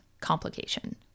complication